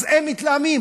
אז הם מתלהמים.